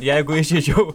jeigu ižeidžiau